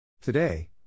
Today